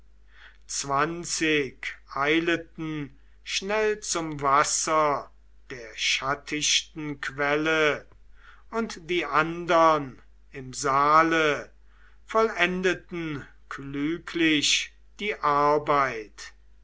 zwanzig eileten schnell zum wasser der schattichten quelle und die andern im saale vollendeten klüglich die arbeit